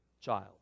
child